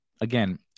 Again